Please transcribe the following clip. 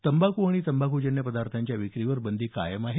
तंबाखू आणि तंबाखूजन्य पदार्थांच्या विक्रीवर बंदी कायम असणार आहे